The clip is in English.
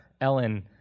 Ellen